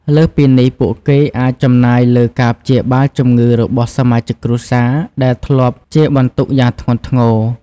លើសពីនេះ ពួកគេអាចចំណាយលើការព្យាបាលជំងឺរបស់សមាជិកគ្រួសារ ដែលធ្លាប់ជាបន្ទុកយ៉ាងធ្ងន់ធ្ងរ។